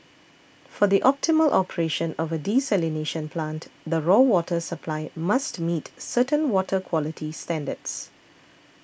for the optimal operation of a desalination plant the raw water supply must meet certain water quality standards